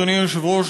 אדוני היושב-ראש,